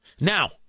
Now